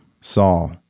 Saul